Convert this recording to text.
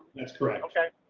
that's correct. okay.